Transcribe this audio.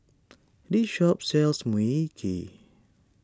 this shop sells Mui Kee